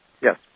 Yes